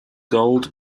gold